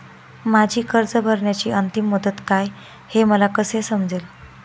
माझी कर्ज भरण्याची अंतिम मुदत काय, हे मला कसे समजेल?